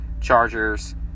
Chargers